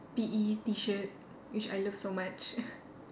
P_E T-shirt which I love so much